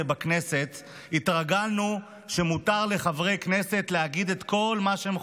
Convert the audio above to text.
בכנסת התרגלנו שמותר לחברי כנסת להגיד כל מה שהם חושבים,